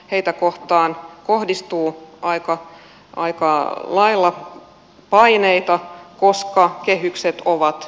heitä kohtaan kohdistuu aika lailla paineita koska kehykset ovat pienenemässä